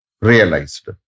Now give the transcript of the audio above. realized